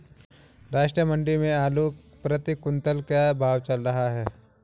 राष्ट्रीय मंडी में आलू प्रति कुन्तल का क्या भाव चल रहा है?